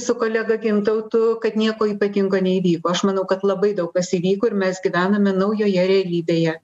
su kolega gintautu kad nieko ypatingo neįvyko aš manau kad labai daug kas įvyko ir mes gyvename naujoje realybėje